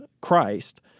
Christ